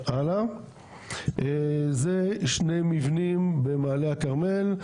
אלה שני מבנים במעלה הכרמל,